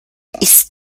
ist